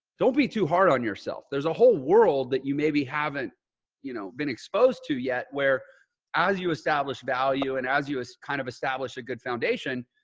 don't be too hard on yourself. there's a whole world that you maybe haven't you know been exposed to yet where as you establish value, and as you as kind of establish a good foundation,